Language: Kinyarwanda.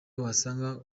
wasanga